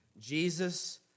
Jesus